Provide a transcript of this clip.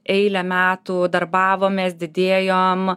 eilę metų darbavomės didėjom